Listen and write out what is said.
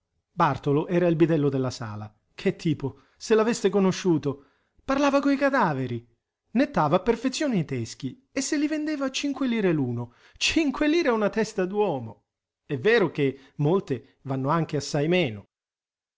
bartolo era il bidello della sala che tipo se l'aveste conosciuto parlava coi cadaveri nettava a perfezione i teschi e se li vendeva cinque lire l'uno cinque lire una testa d'uomo è vero che molte vanno anche assai meno